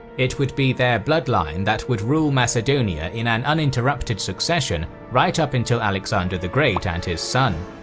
it would be their bloodline that would rule macedonia in an uninterrupted succession, right up until alexander the great and his son.